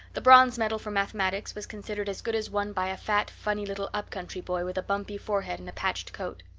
the bronze medal for mathematics was considered as good as won by a fat, funny little up-country boy with a bumpy forehead and a patched coat.